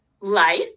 life